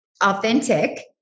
authentic